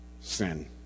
sin